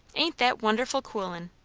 ain't that wonderful coolin'!